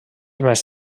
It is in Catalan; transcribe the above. més